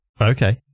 Okay